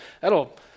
That'll